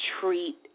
treat